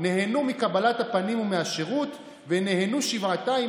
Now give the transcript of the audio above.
נהנו מקבלת הפנים ומהשירות ונהנו שבעתיים